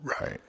Right